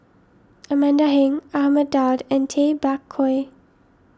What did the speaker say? Amanda Heng Ahmad Daud and Tay Bak Koi